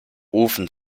ofen